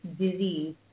disease